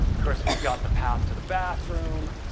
course, we've got the path to the bathroom,